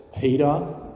Peter